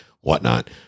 whatnot